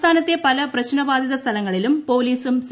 സംസ്ഥാനത്തെ പല പ്രശ്ന ബാധിത സ്ഥലങ്ങളിലും പോലീസും സി